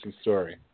story